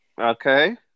okay